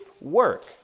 work